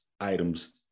items